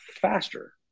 faster